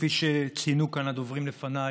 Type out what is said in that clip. כפי שציינו כאן הדוברים לפניי,